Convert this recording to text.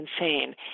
insane